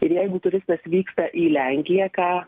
ir jeigu turistas vyksta į lenkiją ką